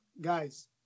guys